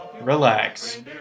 relax